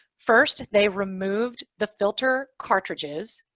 first, they removed the filter cartridges.